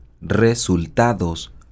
resultados